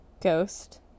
ghost